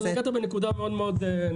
אבל נגעת בנקודה מאוד נכונה,